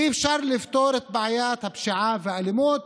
אי-אפשר לפתור את בעיית הפשיעה והאלימות